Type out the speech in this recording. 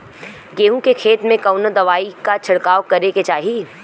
गेहूँ के खेत मे कवने दवाई क छिड़काव करे के चाही?